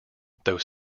though